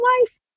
life